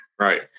Right